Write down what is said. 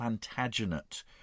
Plantagenet